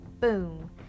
boom